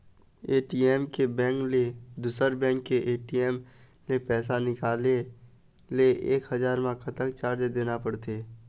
ATM के bank ले दुसर बैंक के ए.टी.एम ले पैसा निकाले ले एक हजार मा कतक चार्ज देना पड़ही?